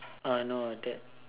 no that